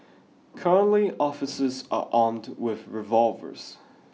currently officers are armed with revolvers